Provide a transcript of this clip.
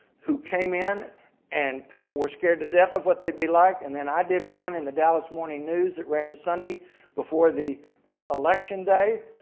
who came in and people were scared to death of what they'd be like and then i did one of the dallas morning news that ran the sunday before the election day,